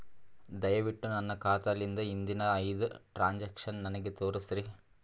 ದಯವಿಟ್ಟು ನನ್ನ ಖಾತಾಲಿಂದ ಹಿಂದಿನ ಐದ ಟ್ರಾಂಜಾಕ್ಷನ್ ನನಗ ತೋರಸ್ರಿ